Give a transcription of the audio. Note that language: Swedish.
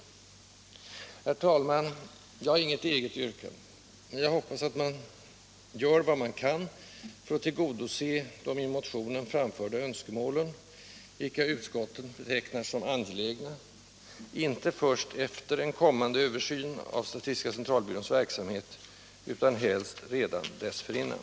53 Herr talman! Jag har inget yrkande, men jag hoppas att man gör vad man kan för att tillgodose de i motionen framförda önskemålen — vilka utskottet betecknar som angelägna — inte först efter en kommande översyn av statistiska centralbyråns verksamhet utan helst redan dessförinnan.